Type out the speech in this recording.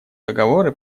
договоры